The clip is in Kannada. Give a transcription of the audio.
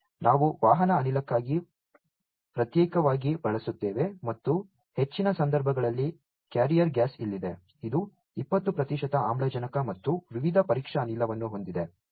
ಮತ್ತು ನಾವು ವಾಹಕ ಅನಿಲಕ್ಕಾಗಿ ಪ್ರತ್ಯೇಕವಾಗಿ ಬಳಸುತ್ತೇವೆ ಮತ್ತು ಹೆಚ್ಚಿನ ಸಂದರ್ಭಗಳಲ್ಲಿ ಕ್ಯಾರಿಯರ್ ಗ್ಯಾಸ್ ಇಲ್ಲಿದೆ ಇದು 20 ಪ್ರತಿಶತ ಆಮ್ಲಜನಕ ಮತ್ತು ವಿವಿಧ ಪರೀಕ್ಷಾ ಅನಿಲವನ್ನು ಹೊಂದಿದೆ